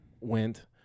went